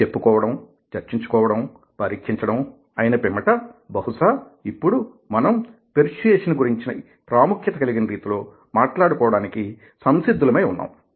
చెప్పుకోవడం చర్చించుకోవడం పరీక్షించడం అయిన పిమ్మట బహుశా ఇప్పుడు మనం పెర్సుయేసన్ గురించి ప్రాముఖ్యత కలిగిన రీతిలో మాట్లాడుకోవడానికి సంసిద్ధులమై ఉన్నాము